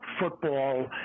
football